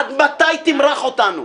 עד מתי תמרח אותנו?